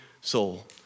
soul